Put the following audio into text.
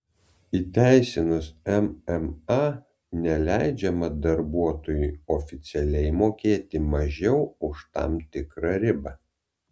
įteisinus mma neleidžiama darbuotojui oficialiai mokėti mažiau už tam tikrą ribą